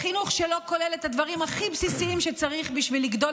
לחינוך שלא כולל את הדברים הכי בסיסיים שצריך בשביל לגדול